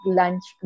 lunch